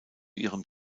ihrem